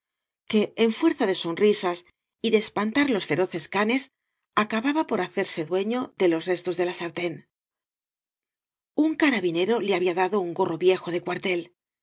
que en fuerza de sonrisas y de espantar los fero gañas y barro ees canes acababa por hacerse duefío de los restos de la sartén un carabinero le había dado un gorro viejo de cuartel